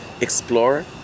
explore